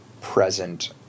present